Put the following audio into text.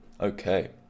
Okay